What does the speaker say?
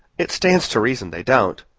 it stands to reason they don't.